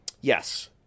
Yes